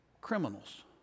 criminals